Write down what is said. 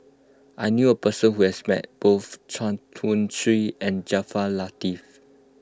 I knew a person who has met both Chuang Hui Tsuan and Jaafar Latiff